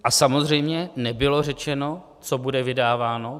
A samozřejmě nebylo řečeno, co bude vydáváno.